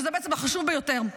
שזה בעצם החשוב ביותר,